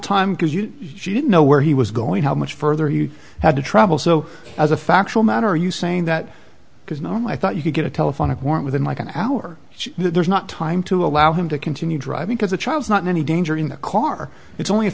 time because you she didn't know where he was going how much further he had to travel so as a factual matter are you saying that because normally i thought you could get a telephonic warrant within like an hour there's not time to allow him to continue driving because the child is not in any danger in the car it's only if